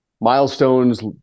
milestones